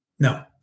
No